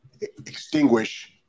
extinguish